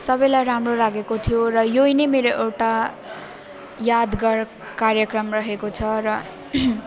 सबलाई राम्रो लागेको थियो र यो नै मेरो एउटा यादगार कार्यक्रम रहेको छ र